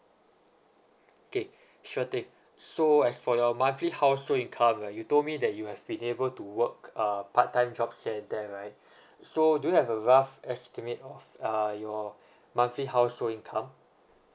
okay sure thing so as for your monthly household income right you told me that you have been able to work uh part time jobs here and there right so do you have a rough estimate of uh your monthly household income